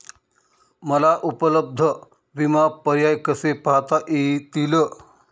मला उपलब्ध विमा पर्याय कसे पाहता येतील?